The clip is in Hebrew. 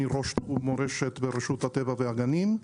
ראש תחום מורשת ברשות הטבע והגנים,